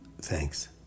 Thanks